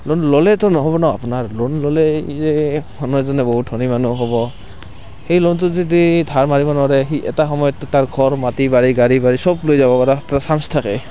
loan ল'লেতো নহ'ব ন' আপোনাৰ লোন ল'লেই যে মানুহ এজন বহুত ধনী মানুহ হ'ব সেই লোনটো যদি ধাৰ মাৰিব নোৱাৰে সি এটা সময়ততো তাৰ ঘৰ মাটি বাৰী গাড়ী সব লৈ যাব পৰাৰ চাঞ্চ থাকে